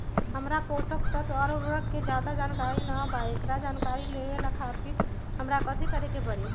हमरा पोषक तत्व और उर्वरक के ज्यादा जानकारी ना बा एकरा जानकारी लेवे के खातिर हमरा कथी करे के पड़ी?